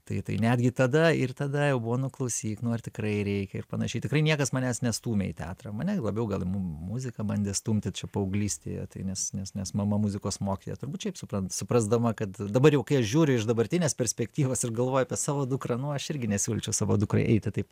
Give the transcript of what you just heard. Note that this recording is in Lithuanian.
tai netgi tada ir tada buvo nu klausyk nu ar tikrai reikia ir panašiai tikrai niekas manęs nestūmė į teatrą mane labiau gal į mu muziką bandė stumti čia paauglystėje tai nes nes mama muzikos mokytoja turbūt taip supras suprasdama kad dabar kai žiūriu iš dabartinės perspektyvos ir galvoju apie savo dukrą nu aš irgi nesiūlyčiau savo dukrai eiti taip